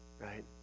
right